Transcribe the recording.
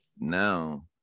Now